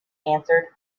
answered